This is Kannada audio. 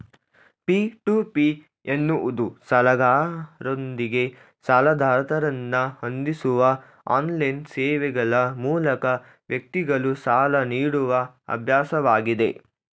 ಪಿ.ಟು.ಪಿ ಎನ್ನುವುದು ಸಾಲಗಾರರೊಂದಿಗೆ ಸಾಲದಾತರನ್ನ ಹೊಂದಿಸುವ ಆನ್ಲೈನ್ ಸೇವೆಗ್ಳ ಮೂಲಕ ವ್ಯಕ್ತಿಗಳು ಸಾಲ ನೀಡುವ ಅಭ್ಯಾಸವಾಗಿದೆ